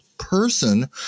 person